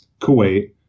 Kuwait